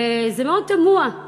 וזה מאוד תמוה,